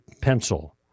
pencil